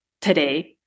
today